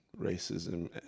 racism